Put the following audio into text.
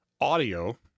audio